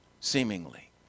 seemingly